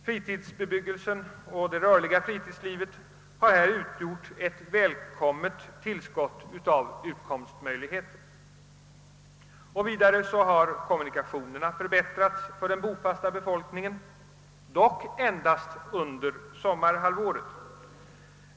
Fritidsbebyggelsen och det rörliga fritidslivet har utgjort ett välkommet tillskott till utkomstmöjligheterna. Vidare har kommunikationerna förbättrats — dock endast under sommarhalvåret.